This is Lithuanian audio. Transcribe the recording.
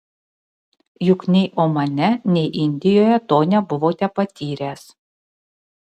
juk nei omane nei indijoje to nebuvote patyręs